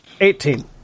Eighteen